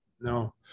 No